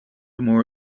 more